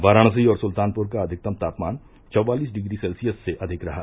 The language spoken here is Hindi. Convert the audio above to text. वाराणसी और सुल्तानपुर का अधिकतम तापमान चौवालिस डिग्री सेल्सियस से अधिक रहा